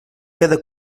queda